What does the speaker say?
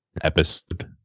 episode